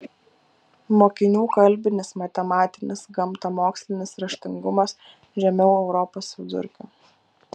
mokinių kalbinis matematinis gamtamokslinis raštingumas žemiau europos vidurkio